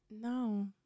No